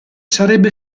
sarebbe